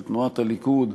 של תנועת הליכוד,